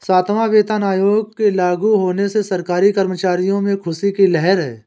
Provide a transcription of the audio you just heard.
सातवां वेतन आयोग के लागू होने से सरकारी कर्मचारियों में ख़ुशी की लहर है